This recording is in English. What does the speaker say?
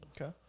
Okay